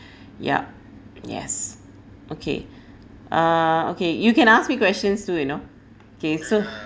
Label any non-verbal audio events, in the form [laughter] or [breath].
[breath] yup yes okay uh okay you can ask me questions too you know kay so